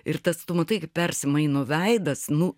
ir tas tu matai kaip persimaino veidas nu